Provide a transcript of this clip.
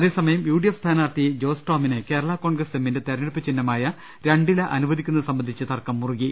അതേസമയം യുഡിഎഫ് സ്ഥാനാർത്ഥി ജോസ് ടോമിന് കേരളാ കോൺഗ്രസ് എമ്മിന്റെ തെരഞ്ഞെടുപ്പു ചിഹ്നമായ രണ്ടില അനുവ ദിക്കുന്നതു സംബന്ധിച്ച് തർക്കം മുറുകി